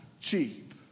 cheap